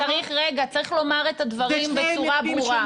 רגע, צריך לומר את הדברים בצורה ברורה.